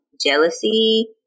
jealousy